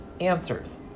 answers